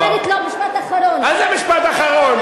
שאומרת לו, משפט אחרון, מה זה משפט אחרון?